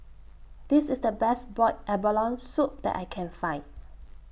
This IS The Best boiled abalone Soup that I Can Find